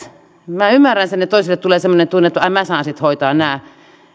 minä ymmärrän sen että toisille tulee semmoinen tunne että ai minä saan sitten hoitaa